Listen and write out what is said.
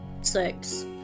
Six